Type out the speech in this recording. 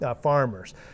farmers